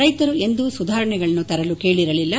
ರೈತರು ಎಂದೂ ಸುಧಾರಣೆಗಳನ್ನು ತರಲು ಕೇಳಿರಲಿಲ್ಲ